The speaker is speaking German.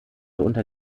unter